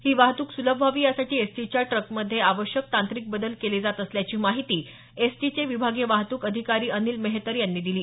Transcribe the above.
ही वाहतूक सुलभ व्हावी यासाठी एसटीच्या ट्रकमध्ये आवश्यक तांत्रिक बदल केले जात असल्याची माहिती एसटीचे विभागीय वाहतूक अधिकारी अनिल मेहतर यांनी दिली